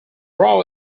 raw